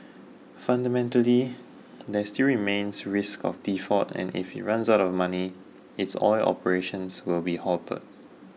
fundamentally there still remains risk of default and if it runs out of money its oil operations will be halted